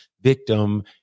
victim